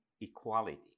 equality